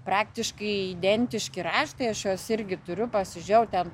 praktiškai identiški raštai aš juos irgi turiu pasižėjau ten